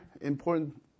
important